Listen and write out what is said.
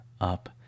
up